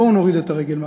בואו נוריד את הרגל מהגז,